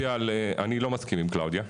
אני לא מסכים עם קלאודיה,